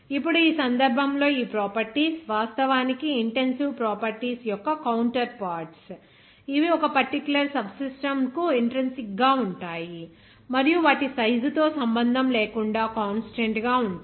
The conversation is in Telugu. ఇప్పుడు ఈ సందర్భంలో ఈ ప్రాపర్టీస్ వాస్తవానికి ఇంటెన్సివ్ ప్రాపర్టీస్ యొక్క కౌంటర్ పార్ట్స్ ఇవి ఒక పర్టిక్యులర్ సబ్ సిస్టం కు ఇంట్రిన్సిక్ గా ఉంటాయి మరియు వాటి సైజు తో సంబంధం లేకుండా కాన్స్టాంట్ గా ఉంటాయి